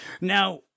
now